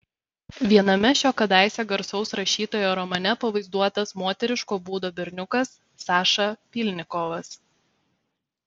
viename šio kadaise garsaus rašytojo romane pavaizduotas moteriško būdo berniukas saša pylnikovas